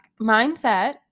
Mindset